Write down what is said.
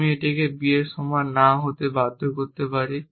আমি এটিকে b এর সমান না হতে বাধ্য করতে পারি